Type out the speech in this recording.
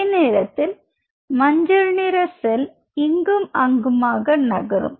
அதே நேரத்தில் மஞ்சள் நிற செல் இங்கும் அங்குமாக நகரும்